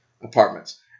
apartments